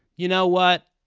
you know what?